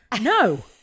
no